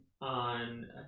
on